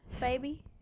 Baby